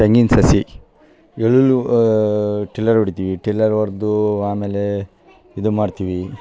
ತೆಂಗಿನ ಸಸಿ ಎಲ್ಲೂ ಟಿಲ್ಲರ್ ಹೊಡಿತೀವಿ ಟಿಲ್ಲರ್ ಹೊಡ್ದೂ ಆಮೇಲೇ ಇದು ಮಾಡ್ತೀವಿ